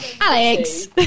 Alex